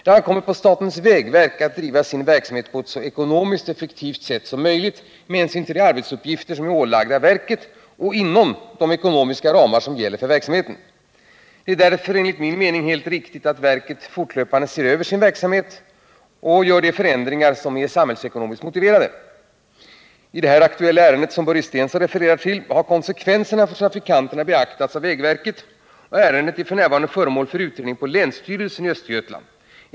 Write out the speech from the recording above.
Det ankommer på statens vägverk att driva sin verksamhet på ett så ekonomiskt och effektivt sätt som möjligt med hänsyn till de arbetsuppgifter som är ålagda verket och inom de ekonomiska ramar som gäller för verksamheten. Det är därför enligt min mening helt riktigt att verket fortlöpande ser över sin verksamhet och vidtar de förändringar som är samhällsekonomiskt motiverade. I det aktuella ärendet som Börje Stensson refererar till har konsekvenserna för trafikanterna beaktats av vägverket, och ärendet är f.n. föremål för utredning på länsstyrelsen i Östergötlands län.